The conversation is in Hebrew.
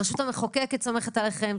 הרשות המחוקקת סומכת עליכם,